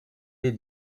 est